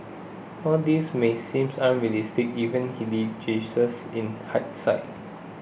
all this may seem unrealistic even in hindsight